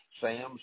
Sam's